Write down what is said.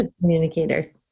communicators